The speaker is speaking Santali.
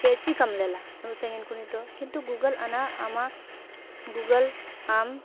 ᱠᱮᱭᱪᱤᱠᱟᱢ ᱞᱮᱞᱟ ᱱᱩᱱᱟᱹᱜ ᱥᱟᱺᱜᱤᱧ ᱠᱚᱨᱮᱫᱚ ᱠᱤᱱᱛᱩ ᱜᱩᱜᱳᱞ ᱚᱱᱟ ᱟᱢᱟᱜ ᱜᱩᱜᱳᱞ ᱟᱢ